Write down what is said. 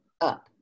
up